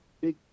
big